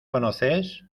conoces